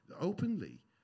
openly